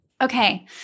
Okay